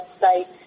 website